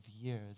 years